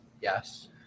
Yes